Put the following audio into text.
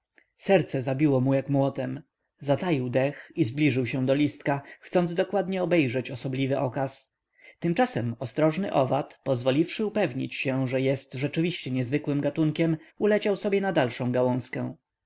serce zabiło mu jak młotem zataił dech i zbliżył się do listka chcąc dokładnie obejrzeć osobliwy okaz tymczasem ostrożny owad pozwoliwszy upewnić się że jest rzeczywiście niezwykłym gatunkiem uleciał sobie na dalszą gałązkę